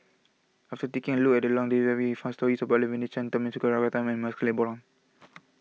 after taking a look at fast stories Chang Tharman Shanmugaratnam and MaxLe Blond